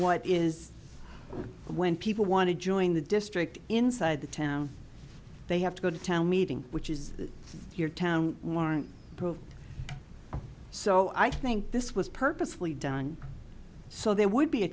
what is when people want to join the district inside the town they have to go to town meeting which is your town warrant so i think this was purposely done so there would